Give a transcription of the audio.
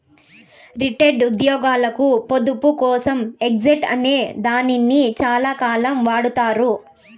retired ఉద్యోగులకు పొదుపు కోసం హెడ్జ్ అనే దాన్ని చాలాకాలం వాడతారు